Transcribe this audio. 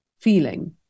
feeling